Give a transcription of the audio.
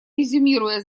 резюмируя